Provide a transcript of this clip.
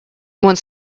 one